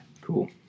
Cool